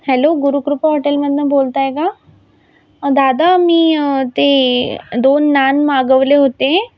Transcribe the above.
hello Gurukrupa हॉटेलमधनं बोलताय का दादा मी ते दोन नान मागवले होते